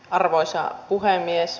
arvoisa puhemies